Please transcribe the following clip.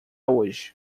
hoje